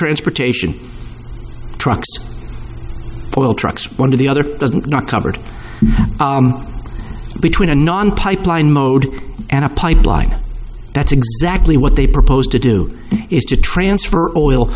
transportation trucks trucks one of the other doesn't not covered between a non pipeline mode and a pipeline that's exactly what they proposed to do is to transfer oil